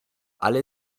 alle